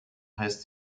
heißt